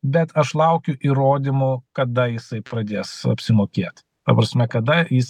bet aš laukiu įrodymų kada jisai pradės apsimokėt ta prasme kada jis